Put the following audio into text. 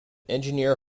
engineer